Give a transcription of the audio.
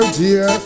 dear